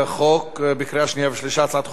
הצעת חוק לתיקון פקודת מס הכנסה (מס'